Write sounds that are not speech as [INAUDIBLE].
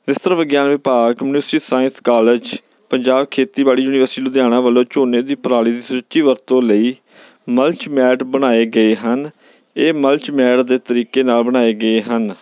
[UNINTELLIGIBLE] ਵਿਗਿਆਨ ਵਿਭਾਗ ministry science college Punjab ਖੇਤੀਬਾੜੀ ਯੂਨੀਵਰਸਿਟੀ ਲੁਧਿਆਣਾ ਵੱਲੋਂ ਝੋਨੇ ਦੀ ਪਰਾਲੀ ਦੀ ਸੁਚੱਜੀ ਵਰਤੋਂ ਲਈ ਮਲਚ ਮੈਟ ਬਣਾਏ ਗਏ ਹਨ ਇਹ ਮਲਚ ਮੈਟ ਦੇ ਤਰੀਕੇ ਨਾਲ ਬਣਾਏ ਗਏ ਹਨ